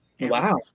Wow